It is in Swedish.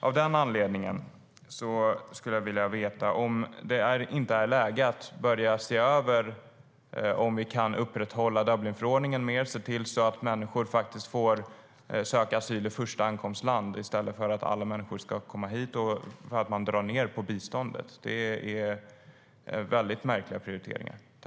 Av den anledningen skulle jag vilja veta om det inte är läge att börja se över om vi kan upprätthålla Dublinförordningen bättre och se till att människor faktiskt får söka asyl i första ankomstland i stället för att alla människor ska komma hit och vi drar ned på biståndet. Det är väldigt märkliga prioriteringar.